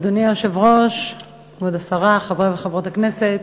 אדוני היושב-ראש, כבוד השרה, חברי וחברות הכנסת,